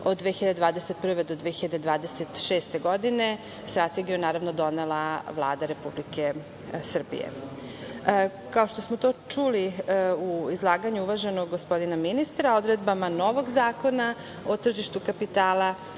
od 2021. do 2026. godine. Strategiju je, naravno, donela Vlada Republike Srbije. Kao što smo to čuli u izlaganju uvaženog gospodina ministra, odredbama novog Zakona o tržištu kapitala